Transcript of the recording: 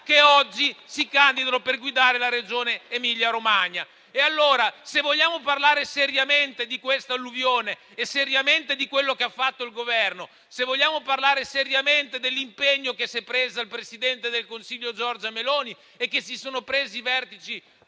che oggi si candidano per guidare la Regione Emilia-Romagna. Allora, se vogliamo parlare seriamente di questa alluvione e di quello che ha fatto il Governo; se vogliamo parlare seriamente dell'impegno che si sono presi il presidente del Consiglio Giorgia Meloni e i vertici